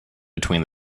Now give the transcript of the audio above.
between